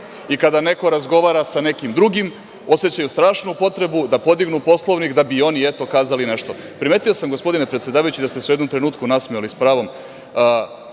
I kada neko razgovara sa nekim drugim osećaju strašnu potrebu da podignu Poslovnik, da bi oni, eto, kazali nešto. Primetio sam, gospodine predsedavajući, da ste se u jednom trenutku nasmejali, s pravom. Ovo